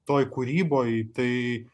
toj kūryboj tai